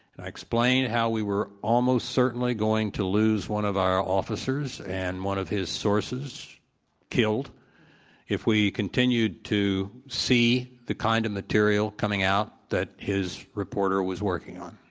and i explained how we were almost certainly going to lose one of our officers and one of his sources killed if we continued to see the kind of material coming out that his reporter was working on.